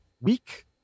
weak